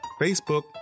Facebook